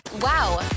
Wow